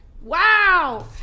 Wow